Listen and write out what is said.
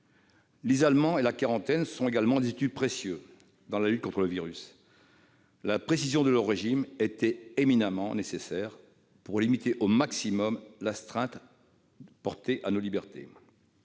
L'isolement et la quarantaine sont également des outils précieux dans la lutte contre le virus. En préciser le régime était éminemment nécessaire pour limiter au maximum l'astreinte portée à nos libertés.